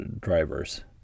drivers